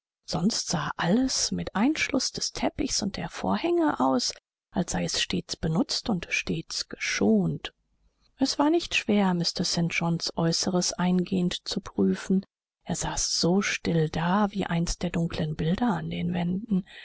sonst sah alles mit einschluß des teppichs und der vorhänge aus als sei es stets benutzt und stets geschont es war nicht schwer mr st johns äußeres eingehend zu prüfen er saß so still da wie eins der dunklen bilder an den wänden